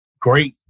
great